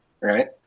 Right